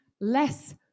less